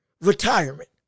retirement